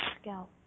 scalp